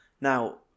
Now